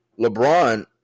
LeBron